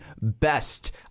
best